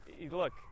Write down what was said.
look